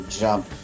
jump